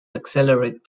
accelerate